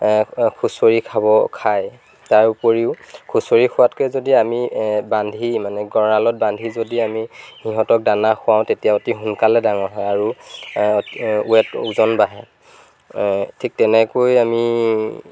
খুঁচৰি খাব খায় তাৰ উপৰিও খুঁচৰি খোৱাতকৈ যদি আমি বান্ধি মানে গঁৰালত বান্ধি যদি আমি সিহঁতক দানা খুৱাওঁ তেতিয়া অতি সোনকালে ডাঙৰ হয় আৰু ৱেইট ওজন বাঢ়ে ঠিক তেনেকৈ আমি